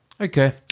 Okay